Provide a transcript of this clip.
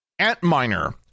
Antminer